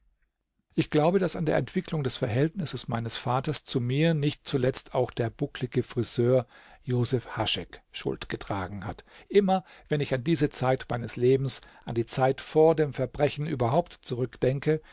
ich glaube daß an der entwicklung des verhältnisses meines vaters zu mir nicht zuletzt auch der bucklige friseur josef haschek schuld getragen hat immer wenn ich an diese zeit meines lebens an die zeit vor dem verbrechen überhaupt zurückdenke